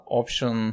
option